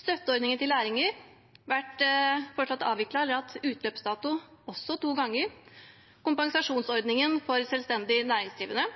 Støtteordningen til lærlinger: Den har vært foreslått avviklet, eller å ha en utløpsdato, også to ganger. Kompensasjonsordningen for selvstendig næringsdrivende: